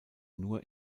nur